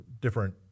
different